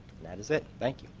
that is it. thank you.